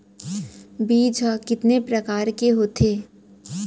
बीज ह कितने प्रकार के होथे?